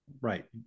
Right